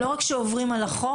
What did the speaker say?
לא רק שעוברים על החוק,